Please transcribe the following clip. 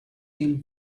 till